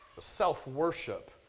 Self-worship